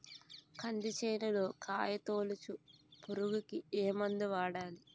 కంది చేనులో కాయతోలుచు పురుగుకి ఏ మందు వాడాలి?